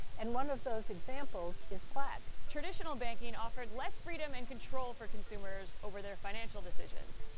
and one of those examples is plaid. traditional banking offered less freedom and control for consumers over their financial decisions.